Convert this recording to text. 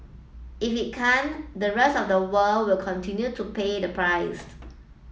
if it can't the rest of the world will continue to pay the price